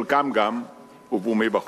חלקם גם הובאו מבחוץ.